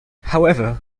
however